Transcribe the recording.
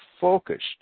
focused